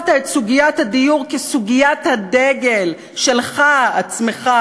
את סוגיית הדיור כסוגיית הדגל שלך עצמך.